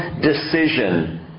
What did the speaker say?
decision